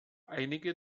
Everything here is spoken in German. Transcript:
einige